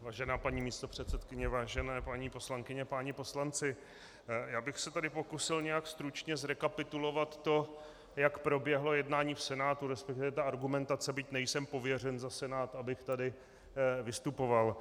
Vážená paní místopředsedkyně, vážené paní poslankyně, páni poslanci, já bych se tady pokusil nějak stručně zrekapitulovat to, jak proběhlo jednání v Senátu, resp. ta argumentace, byť nejsem pověřen za Senát, abych tady vystupoval.